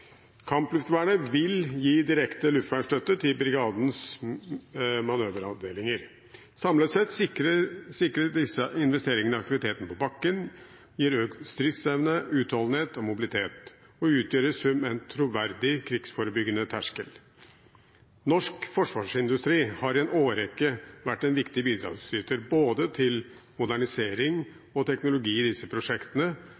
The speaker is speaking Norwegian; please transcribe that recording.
Kampluftvernet vil gi direkte luftvernstøtte til brigadens manøveravdelinger. Samlet sett sikrer disse investeringene aktiviteten på bakken, gir økt stridsevne, utholdenhet og mobilitet og utgjør i sum en troverdig krigsforebyggende terskel. Norsk forsvarsindustri har i en årrekke vært en viktig bidragsyter både til modernisering og teknologi i disse prosjektene,